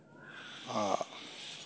आ